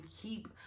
keep